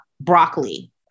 broccoli